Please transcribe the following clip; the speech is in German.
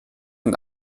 und